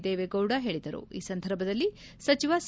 ದೇವೇಗೌಡ ಹೇಳಿದರು ಈ ಸಂದರ್ಭದಲ್ಲಿ ಸಚಿವ ಸಾ